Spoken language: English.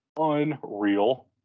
Unreal